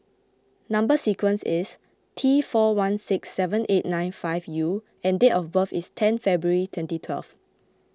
Number Sequence is T four one six seven eight nine five U and date of birth is ten February twenty twelve